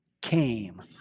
came